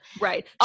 right